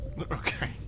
Okay